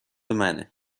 منه